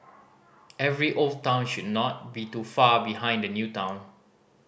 every old town should not be too far behind the new town